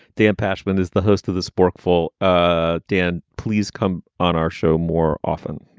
dan pashman is the host of the sporkful. ah dan, please come on our show more often.